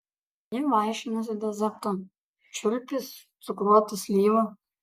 ji vaišinosi desertu čiulpė cukruotą slyvą